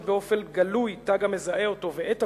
באופן גלוי תג המזהה אותו ואת תפקידו,